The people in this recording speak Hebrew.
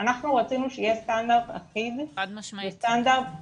- שיהיה סטנדרט אחיד וסטנדרט טוב.